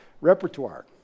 repertoire